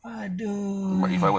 aduh